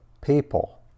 people